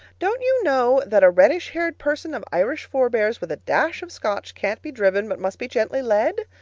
don't you know that a reddish-haired person of irish forebears, with a dash of scotch, can't be driven, but must be gently led?